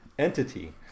entity